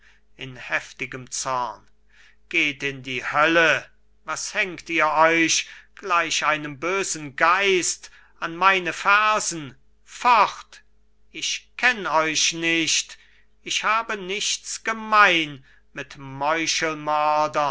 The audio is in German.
in heftigem zorn geht in die hölle was hängt ihr euch gleich einem bösen geist an meine fersen fort ich kenn euch nicht ich habe nichts gemein mit